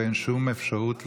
ואין שום אפשרות לחזור.